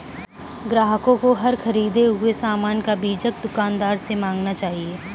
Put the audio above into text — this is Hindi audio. ग्राहकों को हर ख़रीदे हुए सामान का बीजक दुकानदार से मांगना चाहिए